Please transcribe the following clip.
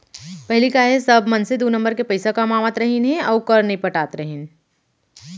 पहिली का हे सब मनसे दू नंबर के पइसा कमावत रहिन हे अउ कर नइ पटात रहिन